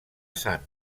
sant